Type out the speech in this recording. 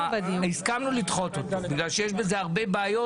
הסכמנו לדחות אותו בגלל שיש בזה הרבה בעיות.